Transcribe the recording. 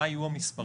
מה יהיו המספרים,